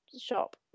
shop